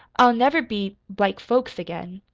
i'll never be like folks again.